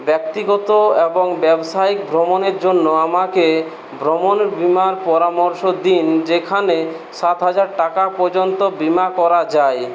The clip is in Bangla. ব্যক্তিগত এবং ব্যবসায়িক ভ্রমণের জন্য আমাকে ভ্রমণ বীমার পরামর্শ দিন যেখানে সাত হাজার টাকা পর্যন্ত বিমা করা যায়